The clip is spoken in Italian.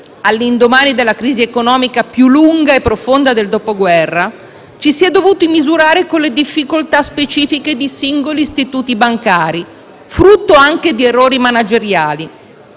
all'indomani della crisi economica più lunga e profonda dal dopoguerra, ci si è dovuti misurare con le difficoltà specifiche di singoli istituti bancari, frutto anche di errori manageriali.